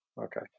Okay